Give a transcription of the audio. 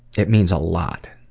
it means a lot.